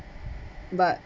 but